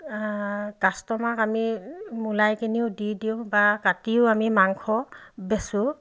কাষ্টমাৰক আমি মূলাই কিনিও দি দিওঁ বা কাটিও আমি মাংস বেচোঁ